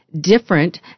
different